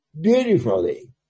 beautifully